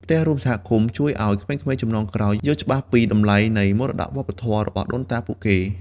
ផ្ទះរួមសហគមន៍ជួយឲ្យ ក្មេងៗជំនាន់ក្រោយ យល់ច្បាស់ពីតម្លៃនៃមរតកវប្បធម៌របស់ដូនតាពួកគេ។